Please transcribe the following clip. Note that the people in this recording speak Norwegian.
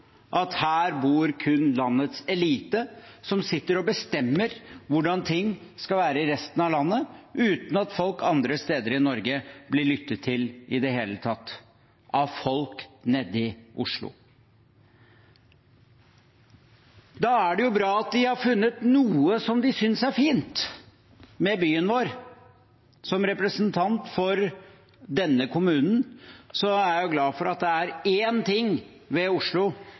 at her bor kun landets elite, som sitter og bestemmer hvordan ting skal være i resten av landet, uten at folk andre steder i Norge blir lyttet til i det hele tatt av folk nede i Oslo. Da er det jo bra at de har funnet noe som de synes er fint med byen vår. Som representant for denne kommunen er jeg glad for at det er én ting ved Oslo